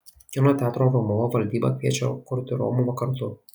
kino teatro romuva valdyba kviečia kurti romuvą kartu